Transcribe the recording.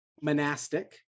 monastic